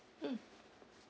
mm